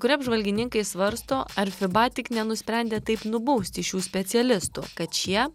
kurie apžvalgininkai svarsto ar fiba tik nenusprendė taip nubausti šių specialistų kad šie